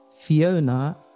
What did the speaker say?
Fiona